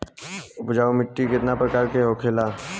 उपजाऊ माटी केतना प्रकार के होला?